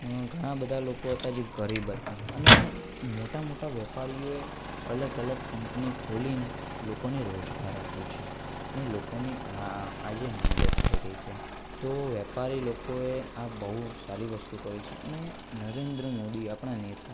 ઘણા બધા લોકો હતા જે ગરીબ હતા અને મોટા મોટા વેપારીઓએ અલગ અલગ કંપનીઓ ખોલીને લોકોને રોજગાર આપ્યું છે અને લોકોની આ આજે મદદ થઈ રહી છે તો વેપારી લોકોએ આ બહુ સારી વસ્તુ કરી છે અને નરેન્દ્ર મોદી આપણા નેતા